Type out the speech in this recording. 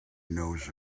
knows